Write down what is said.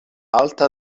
alta